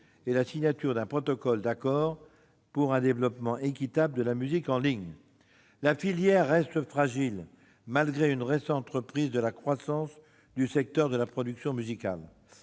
et la signature d'un protocole d'accord pour un développement équitable de la musique en ligne. La filière reste fragile, malgré une récente reprise de la croissance du secteur de la production musicale.